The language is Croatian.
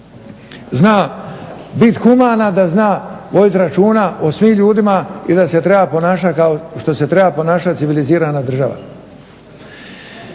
zna bit humana, da zna vodit računa o svim ljudima i da se treba ponašati kao što se treba ponašati civilizirana država.